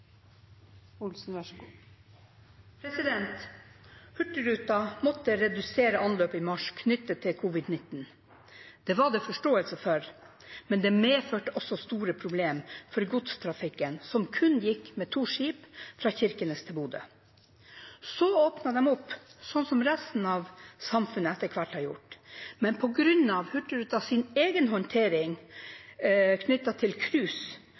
var det forståelse for, men det medførte også store problemer for godstrafikken, som kun gikk med to skip, fra Kirkenes til Bodø. Så åpnet de opp, slik som resten av samfunnet etter hvert har gjort. Men på grunn av Hurtigrutens egen håndtering knyttet til